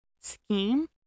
scheme